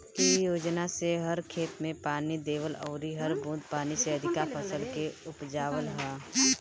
इ योजना से हर खेत में पानी देवल अउरी हर बूंद पानी से अधिका फसल के उपजावल ह